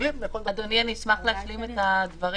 מתרגלים לכל דבר.